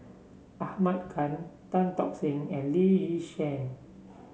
Ahmad Khan Tan Tock Seng and Lee Yi Shyan